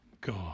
God